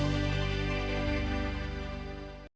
Дякую